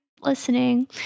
listening